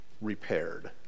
repaired